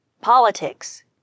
politics